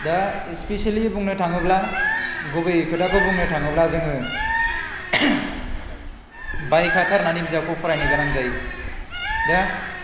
दा स्पेसियेलि बुंनो थाङोब्ला गुबै खोथाखौ बुंनो थाङोब्ला जोङो बायखाथारनानै बिजाबखौ फरायनो गोनां जायो दा